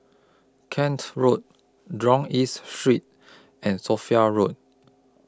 Kent Road Jurong East Street and Sophia Road